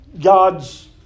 God's